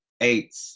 eight